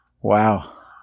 Wow